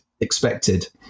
expected